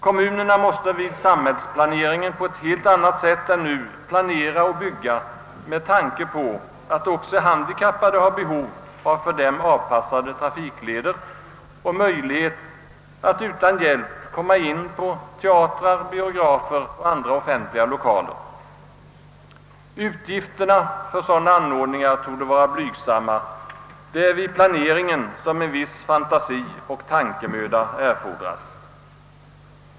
Kommunerna måste vid samhällsplaneringen planera och bygga med tanke på att också handikappade har behov av för dem avpassade trafikleder och möjlighet att utan hjälp komma in i teatrar, biografer och andra offentliga lokaler. Utgifterna för sådana anordningar torde vara blygsamma. Det är vid planeringen som en viss fantasi och tankemöda erfordras.